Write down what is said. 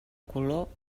color